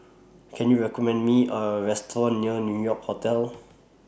Can YOU recommend Me A Restaurant near New York Hotel